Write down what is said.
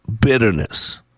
Bitterness